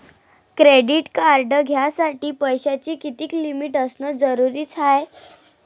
Credit card घ्यासाठी पैशाची कितीक लिमिट असनं जरुरीच हाय?